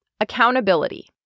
accountability